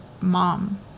mom